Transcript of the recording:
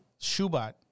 Shubat